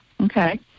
Okay